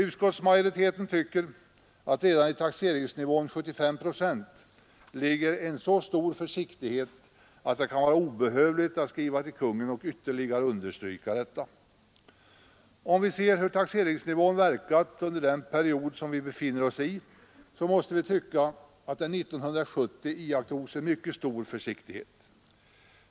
Utskottsmajoriteten tycker att redan i taxeringsnivån 75 procent ligger en så stor försiktighet att det kan vara obehövligt att skriva till Konungen och ytterligare understryka detta. Om vi ser hur taxeringsnivån verkat under den period som vi befinner oss i, måste vi tycka att det år 1970 iakttogs mycket stor försiktighet.